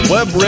Web